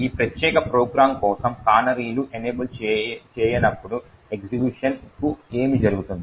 ఈ ప్రత్యేక ప్రోగ్రాం కోసం కానరీలు ఎనేబుల్ చేయనప్పుడు ఎగ్జిక్యూషన్ కు ఏమి జరుగుతుంది